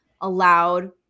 allowed